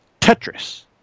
Tetris